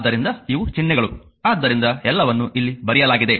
ಆದ್ದರಿಂದ ಇವು ಚಿಹ್ನೆಗಳು ಆದ್ದರಿಂದ ಎಲ್ಲವನ್ನೂ ಇಲ್ಲಿ ಬರೆಯಲಾಗಿದೆ